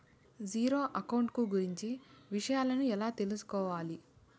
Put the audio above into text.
Zero account కు గురించి విషయాలను ఎలా తెలుసుకోవాలి?